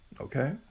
okay